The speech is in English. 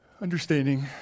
understanding